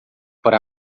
para